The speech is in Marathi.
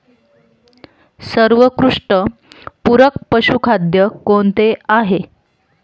सर्वोत्कृष्ट पूरक पशुखाद्य कोणते आहे?